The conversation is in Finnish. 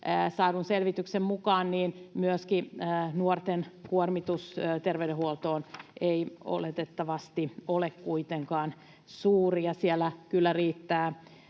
saadun selvityksen mukaan nuorten kuormitus terveydenhuoltoon ei oletettavasti ole kuitenkaan suuri, ja siellä kyllä riittää